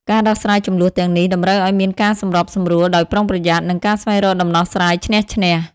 ការដោះស្រាយជម្លោះទាំងនេះតម្រូវឲ្យមានការសម្របសម្រួលដោយប្រុងប្រយ័ត្ន និងការស្វែងរកដំណោះស្រាយឈ្នះ-ឈ្នះ។